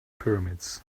pyramids